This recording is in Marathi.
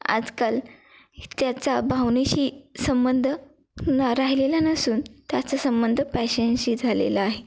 आजकाल त्याचा भावनेशी आजकाल संबंध न राहिलेला नसून त्याचा संबंध पॅशनशी झालेला आहे